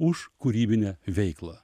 už kūrybinę veiklą